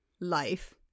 life